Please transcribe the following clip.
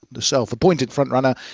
the self-appointed front runner,